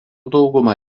dauguma